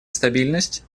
стабильность